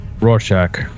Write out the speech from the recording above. Rorschach